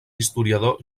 historiador